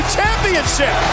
Championship